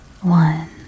One